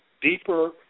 deeper